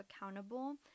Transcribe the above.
accountable